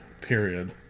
Period